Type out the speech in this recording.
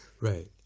Right